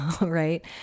right